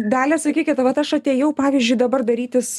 dalia sakykit vat aš atėjau pavyzdžiui dabar darytis